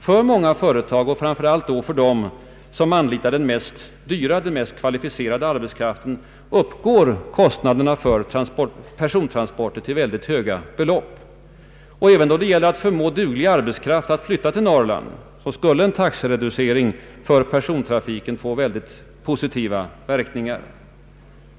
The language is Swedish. För många företag, framför allt dem som anlitar den mest kvalificerade arbetskraften, uppgår kostnaderna för persontransporter till höga belopp. Även då det gäller att förmå duglig arbetskraft att flytta till Norrland skulle en taxereducering för persontrafiken få mycket positiva verkningar.